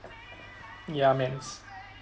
ya mans